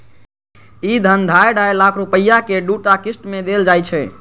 ई धन ढाइ ढाइ लाख रुपैया के दूटा किस्त मे देल जाइ छै